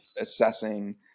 assessing